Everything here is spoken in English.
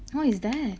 what is that